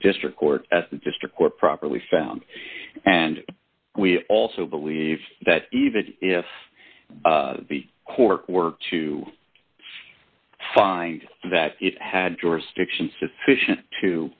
district court as the district court properly found and we also believe that even if the cork were to find that it had jurisdiction sufficient to